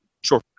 Sure